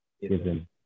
given